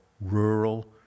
rural